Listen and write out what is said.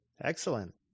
excellent